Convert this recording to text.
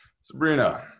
Sabrina